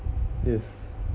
yes